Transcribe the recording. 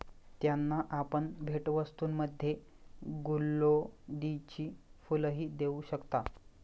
त्यांना आपण भेटवस्तूंमध्ये गुलौदीची फुलंही देऊ शकता